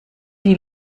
die